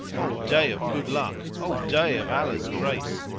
o day of good luck! o day of allah's grace!